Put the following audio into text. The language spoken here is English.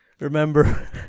Remember